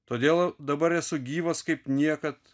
todėl dabar esu gyvas kaip niekad